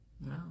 No